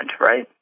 right